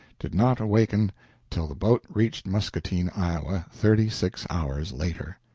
did not waken until the boat reached muscatine, iowa, thirty-six hours later.